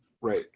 right